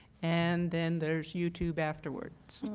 and then there is youtube afterwards.